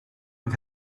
and